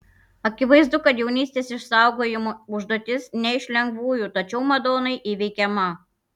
akivaizdu kad jaunystės išsaugojimo užduotis ne iš lengvųjų tačiau madonai įveikiama